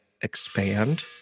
expand